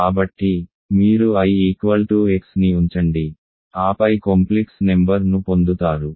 కాబట్టి మీరు i xని ఉంచండి ఆపై సంక్లిష్ట నెంబర్ ను పొందుతారు